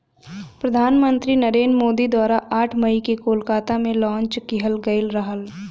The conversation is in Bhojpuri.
प्रधान मंत्री नरेंद्र मोदी द्वारा आठ मई के कोलकाता में लॉन्च किहल गयल रहल